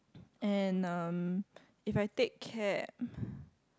and um if I take cab